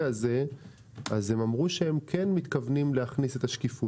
הזה הם אמרו שהם כן מתכוונים להכניס את השקיפות.